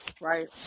right